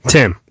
Tim